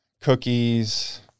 cookies